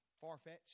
far-fetched